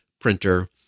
printer